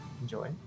enjoy